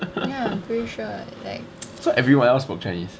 so everyone else spoke chinese